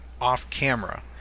off-camera